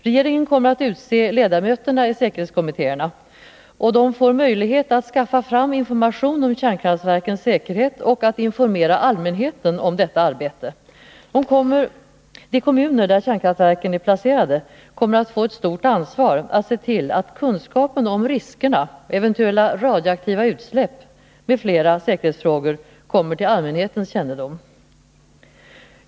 Regeringen kommer att utse ledamöterna i säkerhetskommittéerna, och de får möjlighet att skaffa fram information om kärnkraftverkens säkerhet och att infomera allmänheten om detta arbete. De kommuner där kärnkraftverken är placerade kommer att få ett stort ansvar att se till att kunskapen om riskerna, eventuella radioaktiva utsläpp m.fl. säkerhetsfrågor kommer till allmänhetens kännedom.